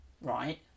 right